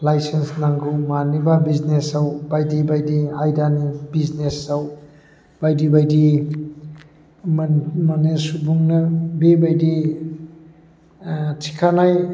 licence नांगौ मानिबा बिजनेसाव बायदि बायदि आयदानि बिजनेसाव बायदि बायदि माने सुबुंनो बेबायदि थिखानाय